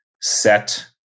set